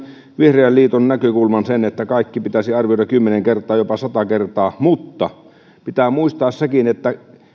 vihreän liiton näkökulman sen että kaikki pitäisi arvioida kymmenen kertaa jopa sata kertaa mutta pitää muistaa sekin että